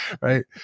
right